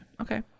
Okay